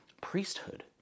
priesthood